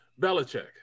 Belichick